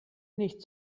nicht